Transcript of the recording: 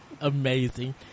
Amazing